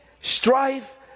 strife